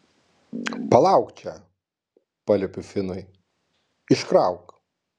palauk čia paliepiu finui iškrauk